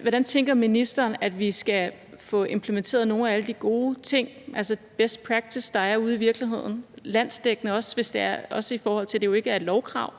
hvordan tænker ministeren at vi skal få implementeret nogle af alle de gode ting, altså den best practice, der er ude i virkeligheden, også landsdækkende, og i forhold til at det jo ikke er et lovkrav